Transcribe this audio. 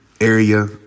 area